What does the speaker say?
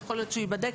יכול להיות שהוא ייבדק.